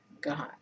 God